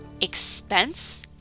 expense